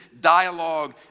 dialogue